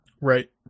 Right